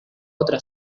otra